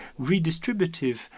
redistributive